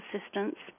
assistance